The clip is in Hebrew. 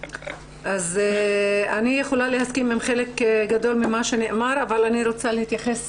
אני יכולה להסכים עם חלק גדול ממה שנאמר אבל אני רוצה להתייחס